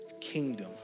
kingdom